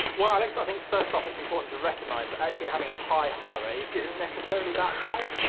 well alex, i think first up it's important to recognize that actually having a high heart rate isn't necessarily that bad.